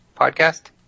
podcast